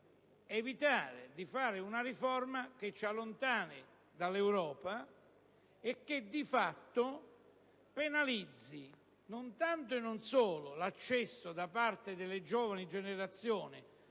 evitare una riforma che ci allontani dall'Europa e che, di fatto, penalizzi, non tanto e non solo l'accesso delle giovani generazioni